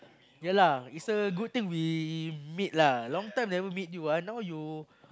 yea lah is a good thing we meet lah long time never meet you ah now you